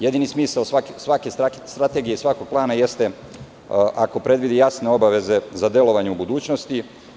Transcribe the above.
Jedini smisao svake strategije, svakog plana jeste ako predvidi jasne obaveze za delovanje u budućnosti.